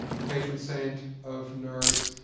the patron saint of nerds,